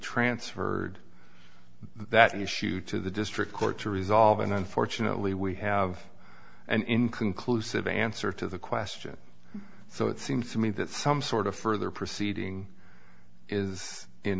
transferred that's an issue to the district court to resolve and unfortunately we have an inconclusive answer to the question so it seems to me that some sort of further proceeding is in